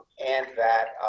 and that